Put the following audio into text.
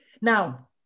Now